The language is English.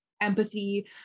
empathy